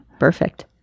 perfect